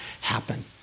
happen